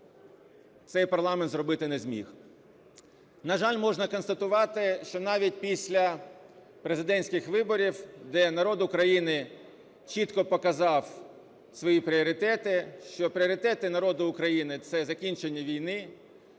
цей парламент зробити не зміг. На жаль, можна констатувати, що навіть після президентських виборів, де народ України чітко показав свої пріоритети, що пріоритети народу України – це закінчення війни,